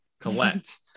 collect